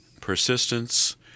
persistence